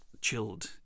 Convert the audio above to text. chilled